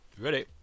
Ready